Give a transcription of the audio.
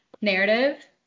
narrative